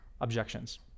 objections